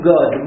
God